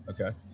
Okay